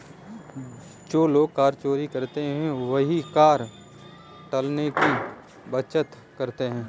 जो लोग कर चोरी करते हैं वही कर टालने की बात करते हैं